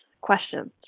questions